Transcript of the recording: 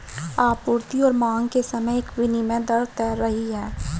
आपूर्ति और मांग के समय एक विनिमय दर तैर रही है